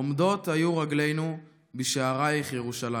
עומדות היו רגלינו בשערייך ירושלים.